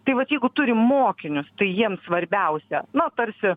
tai vat jeigu turim mokinius tai jiems svarbiausia na tarsi